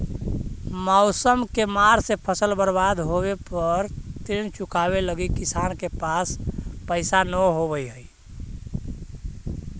मौसम के मार से फसल बर्बाद होवे पर ऋण चुकावे लगी किसान के पास पइसा न होवऽ हइ